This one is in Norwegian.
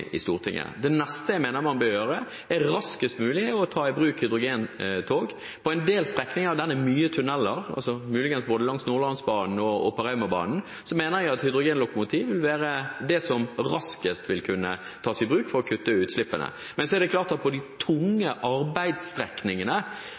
i Stortinget. Det neste jeg mener man bør gjøre, er raskest mulig å ta i bruk hydrogentog. På en del strekninger der det er mye tunneler, muligens både på Nordlandsbanen og på Raumabanen, mener jeg at hydrogenlokomotiv vil være det som raskest vil kunne tas i bruk for å kutte utslippene. Men det er klart at på de tunge